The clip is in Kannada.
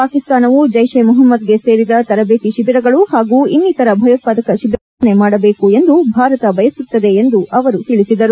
ಪಾಕಿಸ್ತಾನವು ಜೈಪ್ ಇ ಮೊಹಮ್ಸದ್ಗೆ ಸೇರಿದ ತರಬೇತಿ ಶಿಬಿರಗಳು ಹಾಗೂ ಇನ್ನಿತರ ಭಯೋತ್ವಾದಕ ಶಿಬಿರಗಳನ್ನು ನಿರ್ಮೂಲನೆ ಮಾಡಬೇಕು ಎಂದು ಭಾರತ ಬಯಸುತ್ತದೆ ಎಂದು ತಿಳಿಸಿದರು